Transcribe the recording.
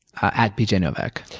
at bjnovak.